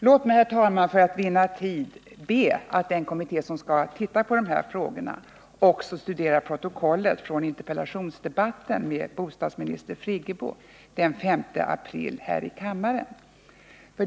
Låt mig, herr talman, för att vinna tid be den kommitté som tillsatts för att se över de här frågorna att också studera protokollet från interpellationsdebatten med bostadsminister Friggebo den 5 april här i kammaren.